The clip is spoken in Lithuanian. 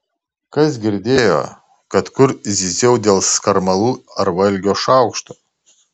kas girdėjo kad kur zyziau dėl skarmalų ar valgio šaukšto